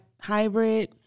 hybrid